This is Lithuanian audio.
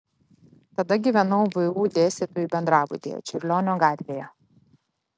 tada gyvenau vu dėstytojų bendrabutyje čiurlionio gatvėje